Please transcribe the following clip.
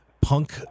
Punk